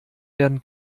werden